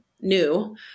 new